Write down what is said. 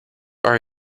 are